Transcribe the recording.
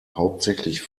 hauptsächlich